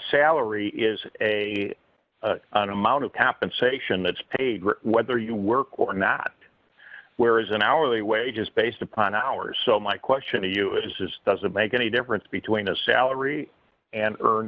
salary is a amount of cap and sation that's paid whether you work or not where is an hourly wages based upon hours so my question to you is this doesn't make any difference between a salary and earn